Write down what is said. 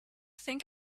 think